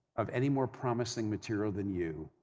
of any more promising material than you.